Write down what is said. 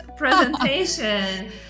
presentation